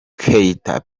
keïta